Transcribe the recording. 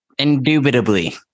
Indubitably